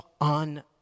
on